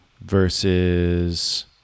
versus